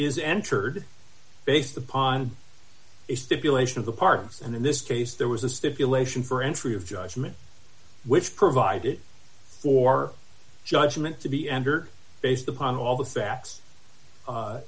is entered based upon a stipulation of the parks and in this case there was a stipulation for entry of judgment which provided for judgment to be enter based upon all the facts